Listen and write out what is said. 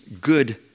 good